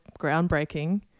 groundbreaking